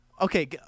Okay